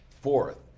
Fourth